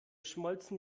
schmolzen